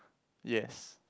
yes